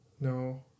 No